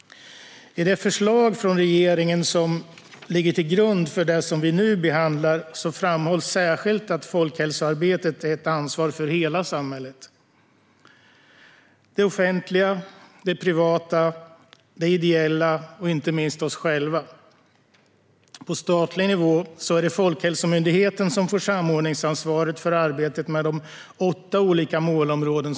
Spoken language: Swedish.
I det förslag från regeringen som ligger till grund för det som vi nu behandlar framhålls särskilt att folkhälsoarbetet är ett ansvar för hela samhället - för det offentliga, för det privata, för det ideella och inte minst för oss själva. På statlig nivå är det Folkhälsomyndigheten som får samordningsansvaret för arbetet med de åtta olika målområdena.